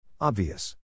Obvious